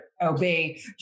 obey